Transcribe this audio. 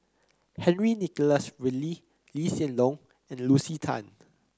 Henry Nicholas Ridley Lee Hsien Loong and Lucy Tan